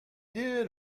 did